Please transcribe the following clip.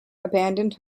abandoned